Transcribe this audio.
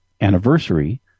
anniversary